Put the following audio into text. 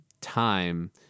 time